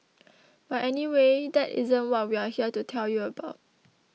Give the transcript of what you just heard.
but anyway that isn't what we're here to tell you about